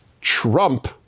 trump